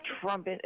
Trump